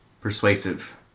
persuasive